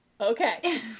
Okay